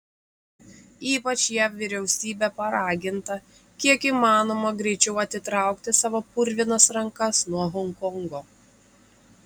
ypač jav vyriausybė paraginta kiek įmanoma greičiau atitraukti savo purvinas rankas nuo honkongo